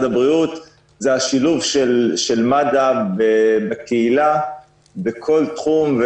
הבריאות הוא השילוב של מד"א בקהילה בכל תחום.